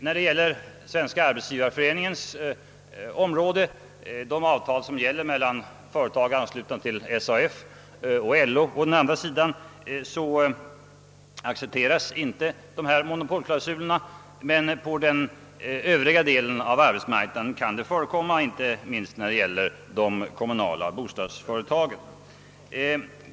Vad beträffar Svenska arbetsgivareföreningens område — de avtal som gäller mellan företagare anslutna till SAF och LO — accepteras inte dessa monopolklausuler, men på den övriga delen av arbetsmarknaden kan det förekomma, inte minst när det gäller de kommunala bostadsföretagen.